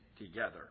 together